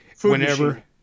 whenever